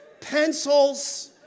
pencils